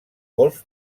golf